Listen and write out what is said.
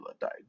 died